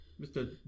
Mr